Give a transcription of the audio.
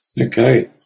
Okay